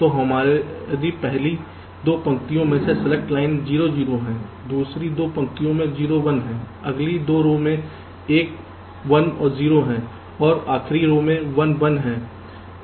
तो पहली 2 पंक्तियों में सेलेक्ट लाइन 0 0 है दूसरी 2 पंक्तियों में 0 1 हैं अगली 2 रो में 1 0 हैं और आखिरी रो 1 1 हैं